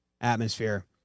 atmosphere